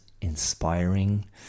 inspiring